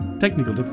technical